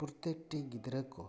ᱯᱨᱚᱛᱛᱮᱠ ᱴᱤ ᱜᱤᱫᱽᱨᱟᱹ ᱠᱚ